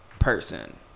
Person